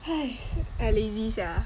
!hais! I lazy sia